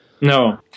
No